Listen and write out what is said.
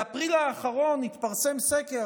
באפריל האחרון התפרסם סקר,